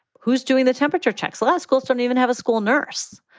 who's doing the temperature checks? law schools don't even have a school nurse.